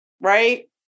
Right